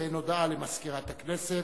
באין הודעה למזכירת הכנסת